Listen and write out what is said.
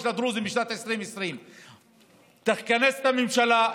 לדרוזים בשנת 2020. תכנס את הממשלה,